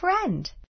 friend